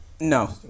No